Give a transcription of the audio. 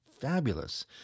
fabulous